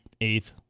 eighth